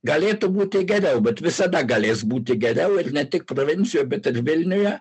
galėtų būti geriau bet visada galės būti geriau ne tik provincijoj bet ir vilniuje